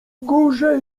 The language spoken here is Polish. górze